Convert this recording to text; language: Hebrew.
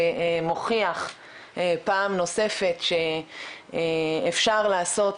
שמוכיח פעם נוספת, שאפשר לעשות